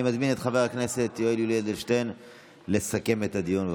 אני מזמין את חבר הכנסת יולי יואל אדלשטיין לסכם את הדיון.